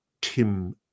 Tim